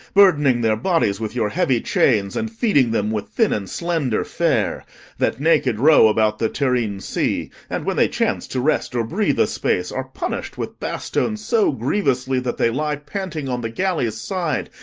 burdening their bodies with your heavy chains, and feeding them with thin and slender fare that naked row about the terrene sea, and, when they chance to rest or breathe a space, are punish'd with bastones so grievously that they lie panting on the galleys' side,